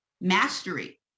mastery